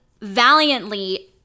valiantly